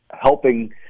helping